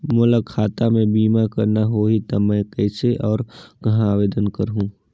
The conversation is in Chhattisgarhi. मोला खाता मे बीमा करना होहि ता मैं कइसे और कहां आवेदन करहूं?